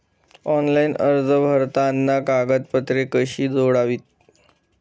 Online अर्ज भरताना कागदपत्रे कशी जोडावीत?